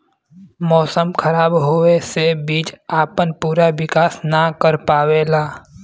मौसम खराब होवे से बीज आपन पूरा विकास न कर पावेला